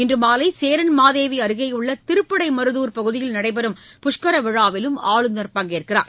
இன்றுமாலைசேரன்மாதேவிஅருகேயுள்ளதிருப்படைமருதுார் பகுதியில் நடைபெறம் புஷ்கரவிழாவிலும் ஆளுநர் பங்கேற்கிறார்